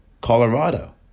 Colorado